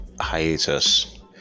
hiatus